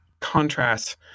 contrast